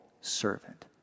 servant